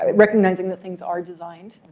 um recognizing that things are designed.